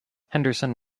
henderson